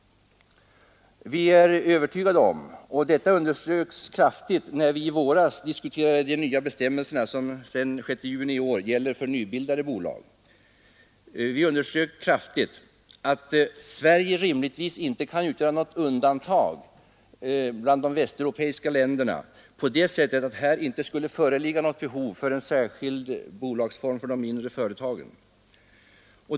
Vi är övertygade om — och detta underströks kraftigt när vi i våras diskuterade de nya bestämmelser som sedan den 6 juni i år gäller för nybildade bolag — att Sverige inte utgör något undantag bland de västeuropeiska länderna i fråga om behovet av en särskild bolagsform för de mindre företagen.